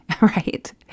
right